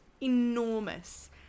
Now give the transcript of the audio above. enormous